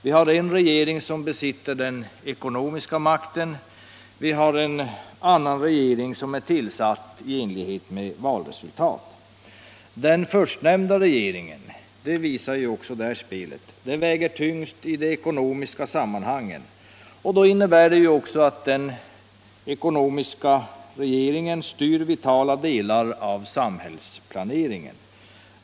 Vi har dels en regering som besitter den ekonomiska makten, dels en annan regering, som är tillsatt i enlighet med valresultaten. Den förstnämnda regeringen — även detta visar det här spelet — väger tyngst i de ekonomiska sammanhangen, och då innebär det ju också att den ekonomiska regeringen styr vitala delar av samhällsplaneringen.